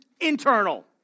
internal